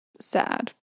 sad